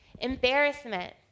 Embarrassment